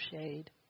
shade